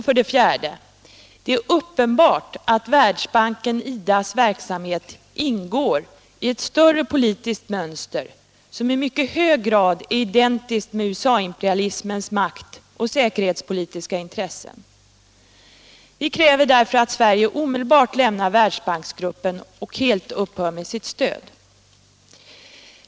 För det fjärde: Det är uppenbart att Världsbankens/IDA:s verksamhet ingår i ett större politiskt mönster som i mycket hög grad är identiskt med USA-imperalismens makt och säkerhetspolitiska intressen. Vpk kräver därför att Sverige omedelbart lämnar Världsbanksgruppen och helt upphör med sitt stöd.